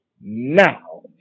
now